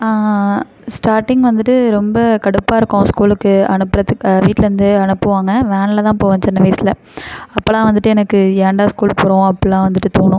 starting வந்துட்டு ரொம்ப கடுப்பாயிருக்கும் ஸ்கூலுக்கு அனுப்புறதுக்கு வீட்டிலேர்ந்து அனுப்புவாங்க வேனில் தான் போவேன் சின்ன வயசில் அப்போலாம் வந்துட்டு எனக்கு ஏன்டா ஸ்கூல் போகிறோம் அப்படிலாம் வந்துட்டு தோணும்